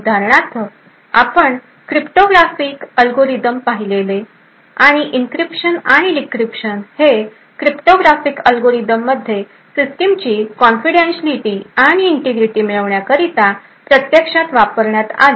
उदाहरणार्थ आपण cryptographic algorithm पाहिलेले आणि इंक्रीप्शन आणि डिक्रीप्शन हे क्रिप्टोग्राफीक अल्गोरिदम मध्ये सिस्टिमची कॉन्फिडन्टशीआलीटी आणि इंटिग्रिटी मिळवण्याकरिता प्रत्यक्षात वापरण्यात आले